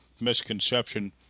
misconception